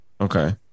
okay